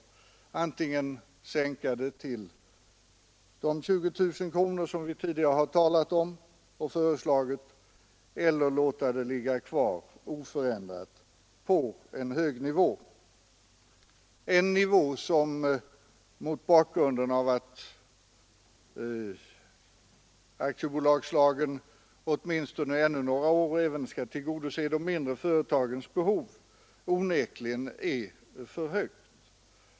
Antingen skall man sänka det till de 20 000 kronor som vi tidigare har talat om och föreslagit eller låta det ligga kvar oförändrat på en hög nivå — en nivå som onekligen är för hög mot bakgrund av att aktiebolagslagen åtminstone ännu några år skall tillgodose även de mindre bolagens behov.